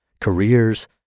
careers